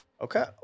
Okay